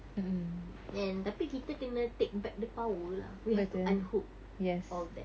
and tapi kita kena take back the power lah we have to unhook all that